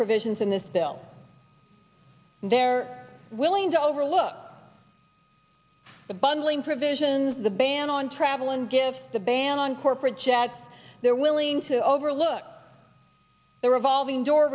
provisions in this bill they're willing to overlook the bundling provisions the ban on travel and give the ban on corporate jets they're willing to overlook the revolving door